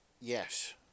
Yes